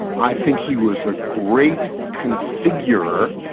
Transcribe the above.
i think he was a great configurer,